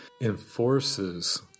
enforces